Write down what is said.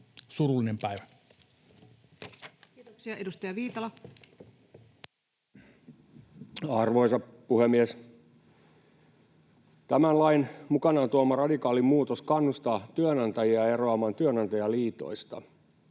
Surullinen päivä. Kiitoksia. — Edustaja Viitala. Arvoisa puhemies! Tämän lain mukanaan tuoma radikaali muutos kannustaa työnantajia eroamaan työnantajaliitoista,